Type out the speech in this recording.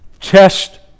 test